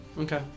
Okay